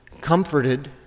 comforted